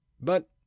But